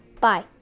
Bye